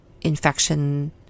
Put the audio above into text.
infection